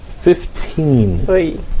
Fifteen